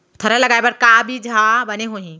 थरहा लगाए बर का बीज हा बने होही?